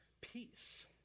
peace